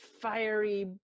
fiery